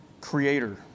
creator